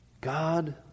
God